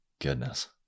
Goodness